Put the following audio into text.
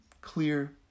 clear